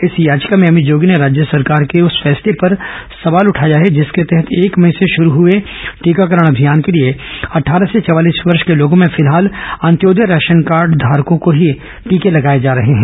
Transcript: इस याचिका में अभित जोगी ने राज्य सरकार के उस फैसले पर सवाल उठाया है जिसके तहत एक मई से शरू हए टीकाकरण अभियान के लिए अटठारह से चवालीस वर्ष के लोगों में फिलहाल अंत्योदय राशन कार्डघारी लोगों को ही टीके लगाए जा रहे हैं